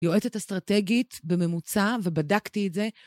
יועצת אסטרטגית בממוצע ובדקתי את זה.